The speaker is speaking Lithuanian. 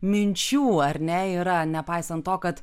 minčių ar ne yra nepaisant to kad